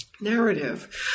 narrative